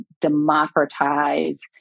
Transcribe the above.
democratize